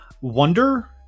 wonder